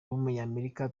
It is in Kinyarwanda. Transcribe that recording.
w’umunyamerika